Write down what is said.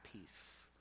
peace